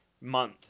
month